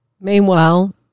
Meanwhile